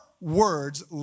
words